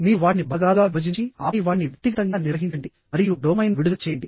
మీరు వాటిని భాగాలుగా విభజించి ఆపై వాటిని వ్యక్తిగతంగా నిర్వహించండి మరియు డోపమైన్ను విడుదల చేయండి